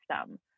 system